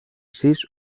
sis